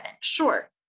Sure